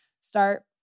start